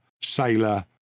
sailor